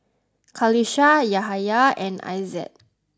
Qalisha Yahaya and Aizat